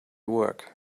work